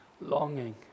longing